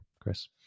Chris